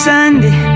Sunday